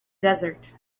desert